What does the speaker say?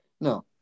No